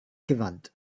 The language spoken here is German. gewand